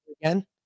again